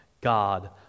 God